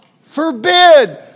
forbid